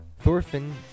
Thorfinn